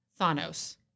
Thanos